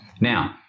Now